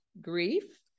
grief